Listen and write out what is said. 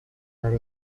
had